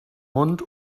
mund